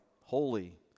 holy